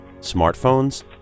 smartphones